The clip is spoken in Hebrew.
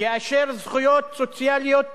כאשר זכויות סוציאליות